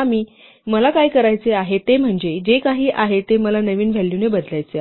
आणि मला काय करायचे आहे ते म्हणजे जे काही आहे ते मला नवीन व्हॅल्यूने बदलायचे आहे